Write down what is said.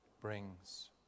brings